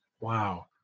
Wow